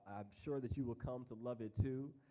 sure that you will come to love it too.